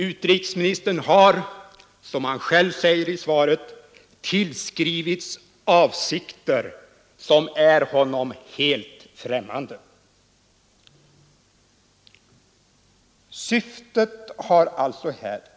Utrikesministern har, som han själv säger i svaret, tillskrivits avsikter som är honom helt främmande.